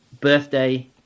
birthday